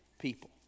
people